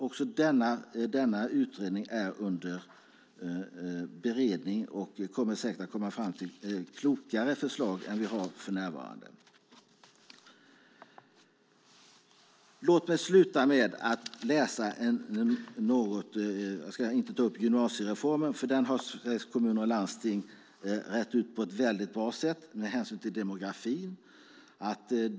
Också denna utredning är under beredning, och man kommer säkert att komma fram till klokare förslag än vi har för närvarande. Jag ska inte ta upp gymnasiereformen, för den har Sveriges Kommuner och Landsting rett ut på ett bra sätt med hänsyn till demografin.